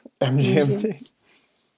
MGMT